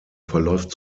verläuft